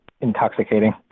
intoxicating